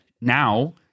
now